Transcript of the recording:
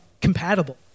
compatible